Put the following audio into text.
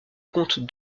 compte